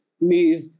move